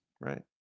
right